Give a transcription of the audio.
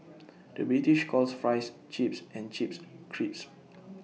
the British calls Fries Chips and Chips Crisps